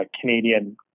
Canadian